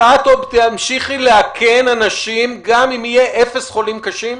שאת עוד תמשיכי לאכן אנשים גם אם יהיו אפס חולים קשים?